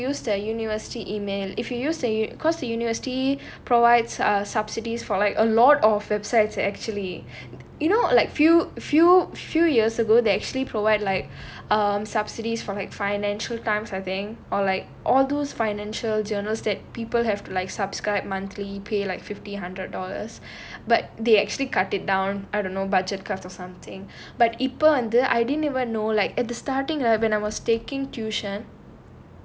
or you have to use their university email if you use the because the university provides subsidies for like a lot of websites are actually you know like few few few years ago they actually provide like um subsidies from the financial times I thing or like all those financial journals that people have to like subscribe monthly pay like fifty hundred dollars but they actually cut it down I don't know budget cut or something but இப்ப வந்து:ippa vanthu I didn't even know like at the starting urban I was taking tuition